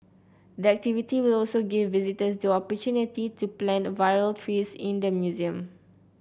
the activity will also give visitors the opportunity to plant virtual trees in the museum